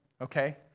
Okay